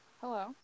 Hello